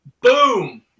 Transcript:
Boom